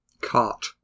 Cart